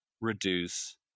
reduce